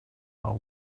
are